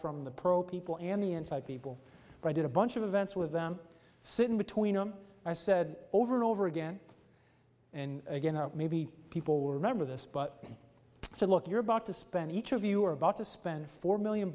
from the pro people and the inside people but i did a bunch of events with them sitting between them i said over and over again and again maybe people will remember this but he said look you're about to spend each of you are about to spend four million